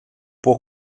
può